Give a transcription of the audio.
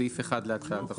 סעיף 1 להצעת החוק.